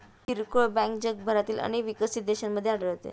किरकोळ बँक जगभरातील अनेक विकसित देशांमध्ये आढळते